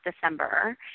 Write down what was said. December